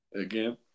Again